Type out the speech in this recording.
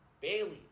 Bailey